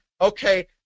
okay